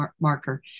marker